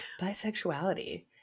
bisexuality